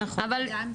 אבל --- בדם,